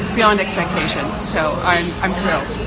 beyond expectation, so i'm i'm thrilled.